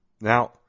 Now